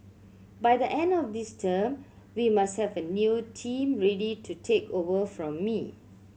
by the end of this term we must have a new team ready to take over from me